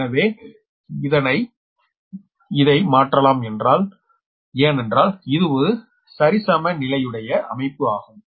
எனவே இதனை இதை மாற்றலாம் ஏனென்றால் இது ஒரு சரிசமநிலையுடைய அமைப்பு ஆகும்